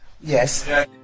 Yes